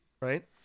Right